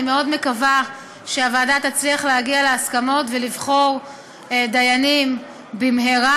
אני מאוד מקווה שהוועדה תצליח להגיע להסכמות ולבחור דיינים במהרה,